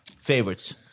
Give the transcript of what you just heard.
Favorites